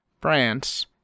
France